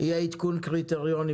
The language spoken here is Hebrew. יהיה עדכון קריטריונים?